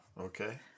okay